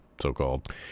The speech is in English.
so-called